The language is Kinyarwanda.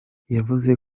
yavuze